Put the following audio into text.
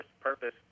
purpose